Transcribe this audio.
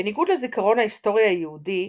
בניגוד לזיכרון ההיסטורי היהודי,